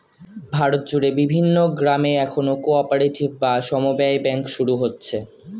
ভারত জুড়ে বিভিন্ন গ্রামে এখন কো অপারেটিভ বা সমব্যায় ব্যাঙ্ক শুরু হচ্ছে